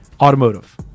automotive